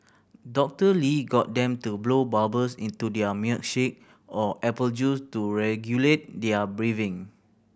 Doctor Lee got them to blow bubbles into their milkshake or apple juice to regulate their breathing